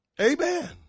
Amen